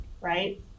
right